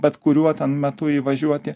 bet kuriuo metu įvažiuoti